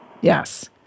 yes